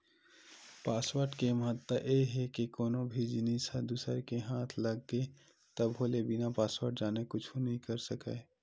password के महत्ता ए हे के कोनो भी जिनिस ह दूसर के हाथ लग गे तभो ले बिना पासवर्ड जाने कुछु नइ कर सकय